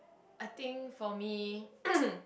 I think for me